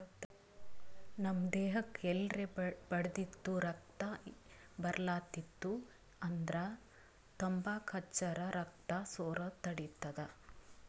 ನಮ್ ದೇಹಕ್ಕ್ ಎಲ್ರೆ ಬಡ್ದಿತ್ತು ರಕ್ತಾ ಬರ್ಲಾತಿತ್ತು ಅಂದ್ರ ತಂಬಾಕ್ ಹಚ್ಚರ್ ರಕ್ತಾ ಸೋರದ್ ತಡಿತದ್